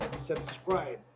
Subscribe